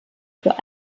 für